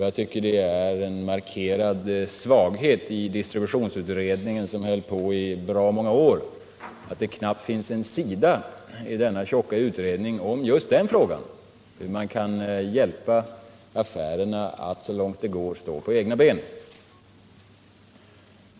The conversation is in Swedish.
Jag tycker att det är en markerad svaghet i det omfångsrika betänkandet från distributionsutredningen, som arbetade i bra många år, att det där knappt finns en sida som tar upp frågan hur man kan hjälpa affärerna att så långt det går stå på egna ben.